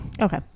Okay